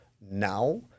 now